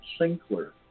Sinkler